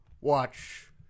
watch